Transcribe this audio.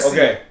Okay